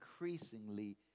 increasingly